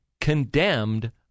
condemned